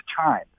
time